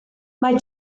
mae